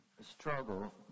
struggle